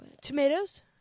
Tomatoes